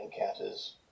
encounters